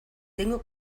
tengo